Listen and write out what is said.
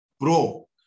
pro